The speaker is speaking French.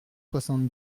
soixante